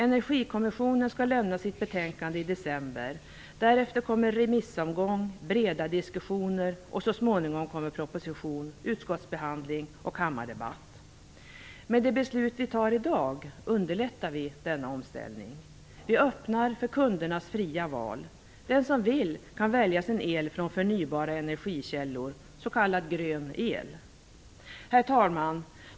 Energikommissionen skall lämna sitt betänkande i december. Därefter kommer remissomgång och breda diskussioner, och så småningom kommer proposition, utskottsbehandling och kammardebatt. Med det beslut vi fattar i dag underlättar vi denna omställning. Vi öppnar för kundernas fria val. Den som vill kan välja sin el från förnybara energikällor, s.k. grön el. Herr talman!